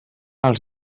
els